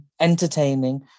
entertaining